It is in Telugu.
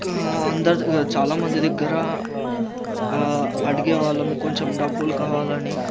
ఇంకా అందరి దగ్గర చాలా మంది దగ్గర ఆ అడిగే వాళ్ళము కొంచెం డబ్బులు కావాలని